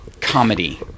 comedy